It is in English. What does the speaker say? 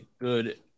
good